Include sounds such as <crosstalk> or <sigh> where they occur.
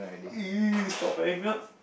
<noise> strawberry milk